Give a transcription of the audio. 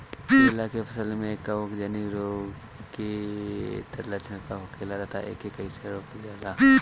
केला के फसल में कवक जनित रोग के लक्षण का होखेला तथा एके कइसे रोकल जाला?